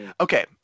Okay